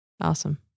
Awesome